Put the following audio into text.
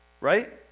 Right